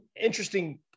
interesting